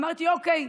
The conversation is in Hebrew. אמרתי: אוקיי,